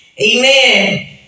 Amen